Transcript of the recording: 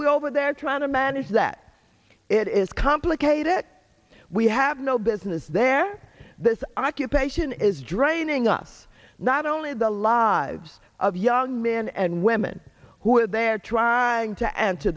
we're over there trying to manage that it is complicate it we have no business there the occupation is draining us not only the lives of young men and women who are there trying to